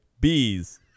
bees